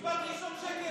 משפט ראשון שקר.